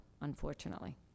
unfortunately